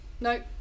no